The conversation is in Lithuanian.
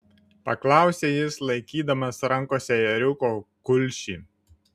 paklausė jis laikydamas rankose ėriuko kulšį